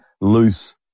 loose